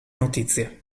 notizie